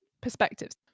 perspectives